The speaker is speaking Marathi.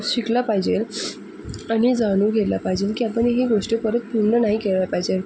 शिकलं पाहिजेल आणि जाणून घ्यायला पाहिजे की आपण ही गोष्ट परत पुन्हा नाही केया पाहिजे